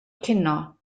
cinio